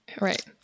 Right